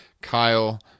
Kyle